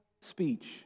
speech